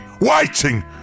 waiting